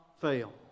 fail